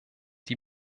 die